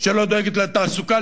שלא דואגת לתעסוקה,